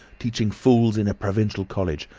teaching fools in a provincial college,